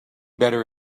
better